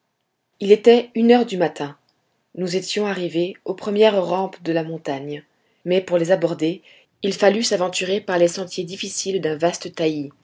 il était une heure du matin nous étions arrivés aux premières rampes de la montagne mais pour les aborder il fallut s'aventurer par les sentiers difficiles d'un vaste taillis